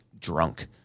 drunk